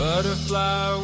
Butterfly